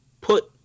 put